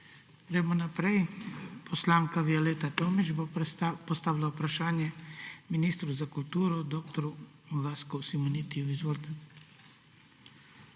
Gremo naprej. Poslanka Violeta Tomić bo postavila vprašanje ministru za kulturo dr. Vasku Simonitiju. Izvolite.